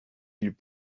ils